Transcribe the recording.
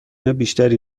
بیشتری